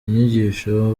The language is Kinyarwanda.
inyigisho